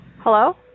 Hello